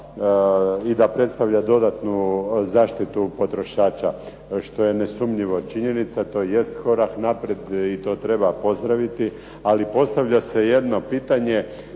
i da predstavlja dodatnu zaštitu potrošača, što je nesumnjivo činjenica, to jest korak naprijed i to treba pozdraviti, ali postavlja se jedno pitanje.